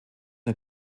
der